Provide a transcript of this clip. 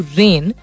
rain